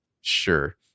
sure